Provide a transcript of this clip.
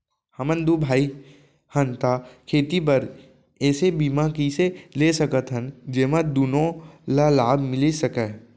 हमन दू भाई हन ता खेती बर ऐसे बीमा कइसे ले सकत हन जेमा दूनो ला लाभ मिलिस सकए?